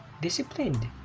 disciplined